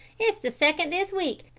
it's the second this week,